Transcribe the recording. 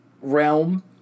realm